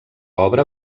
obra